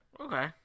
Okay